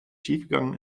schiefgegangen